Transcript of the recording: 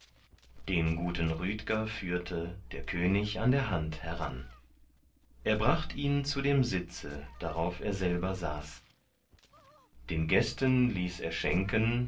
den guten rüdger führte der könig an der hand heran er bracht ihn zu dem sitze darauf er selber saß den gästen ließ er schenken